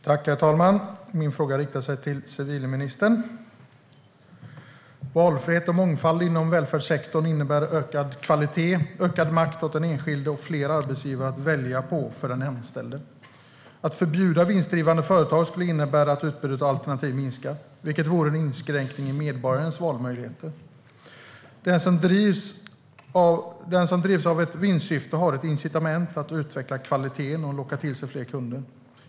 Herr talman! Min fråga riktar sig till civilministern. Valfrihet och mångfald inom välfärdssektorn innebär ökad kvalitet, ökad makt åt den enskilde och fler arbetsgivare att välja på för den anställda. Att förbjuda vinstdrivande företag skulle innebära att utbudet av alternativ minskar, vilket vore en inskränkning i medborgarens valmöjligheter. Den som drivs av ett vinstsyfte har ett incitament att utveckla kvaliteten och locka till sig fler kunder.